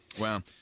Wow